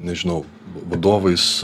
nežinau vadovais